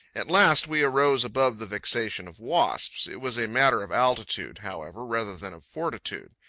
at last we arose above the vexation of wasps. it was a matter of altitude, however, rather than of fortitude.